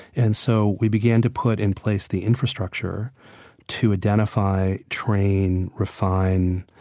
and so we began to put in place the infrastructure to identify, train, refine,